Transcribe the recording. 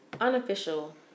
unofficial